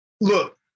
look